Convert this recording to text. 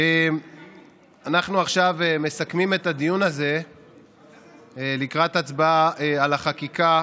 אנחנו עכשיו מסכמים את הדיון הזה לקראת הצבעה על החקיקה,